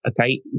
Okay